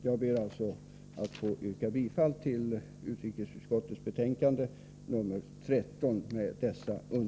Jag ber med dessa understrykanden att få yrka bifall till hemställan i utrikesutskottets betänkande nr 13.